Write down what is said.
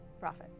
Profit